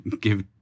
give